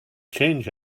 change